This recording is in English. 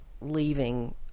leaving